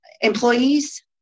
employees